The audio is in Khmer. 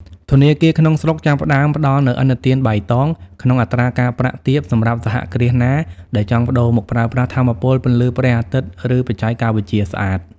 ធនាគារក្នុងស្រុកចាប់ផ្ដើមផ្ដល់នូវ "ឥណទានបៃតង" ក្នុងអត្រាការប្រាក់ទាបសម្រាប់សហគ្រាសណាដែលចង់ប្ដូរមកប្រើប្រាស់ថាមពលពន្លឺព្រះអាទិត្យ ឬបច្ចេកវិទ្យាស្អាត។